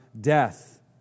death